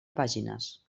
pàgines